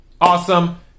Awesome